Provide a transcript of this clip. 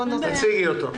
תציגי אותו.